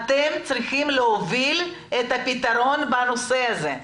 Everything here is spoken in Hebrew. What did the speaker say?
אתם צריכים להוביל את הפתרון בנושא הזה.